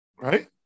right